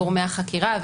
גורמי החקירה,